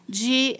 de